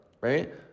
Right